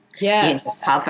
Yes